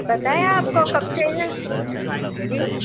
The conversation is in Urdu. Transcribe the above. پتہ ہے آپ کو کب چاہیے جی